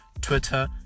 Twitter